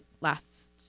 last